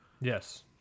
yes